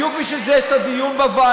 בדיוק בשביל זה יש את הדיון בוועדה,